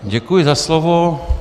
Děkuji za slovo.